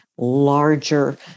larger